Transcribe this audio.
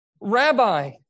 Rabbi